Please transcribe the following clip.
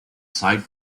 side